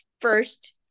first